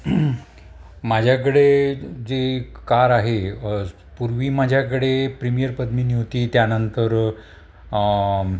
माझ्याकडे जे कार आहे पूर्वी माझ्याकडे प्रीमियर पद्मीनी होती त्यानंतर